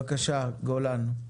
בבקשה, גולן.